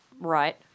Right